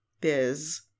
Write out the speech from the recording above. Biz